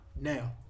Now